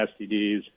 STDs